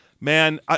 man